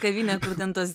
kavinė kur ten tas